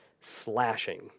slashing